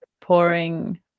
pouring